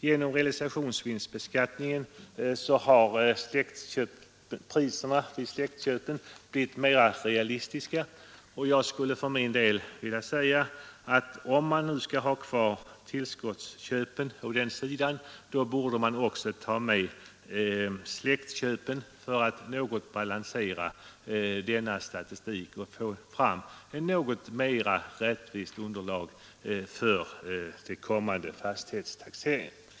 Genom realisationsvinstbeskattningen har priserna vid släktköpen blivit mera realistiska. Jag skulle för min del vilja säga, att om man skall ha kvar tillskottsköpen, så borde man också ta med släktköpen, för att något balansera statistiken och få fram ett mera rättvist underlag för de kommande fastighetstaxeringarna.